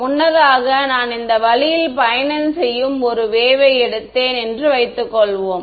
முன்னதாக நான் இந்த வழியில் பயணம் செய்யும் ஒரு வேவ் எடுத்தேன் என்று வைத்துக்கொள்வோம்